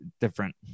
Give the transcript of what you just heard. different